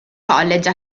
college